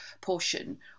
portion